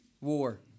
war